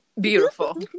Beautiful